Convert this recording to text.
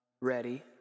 ready